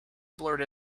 blurred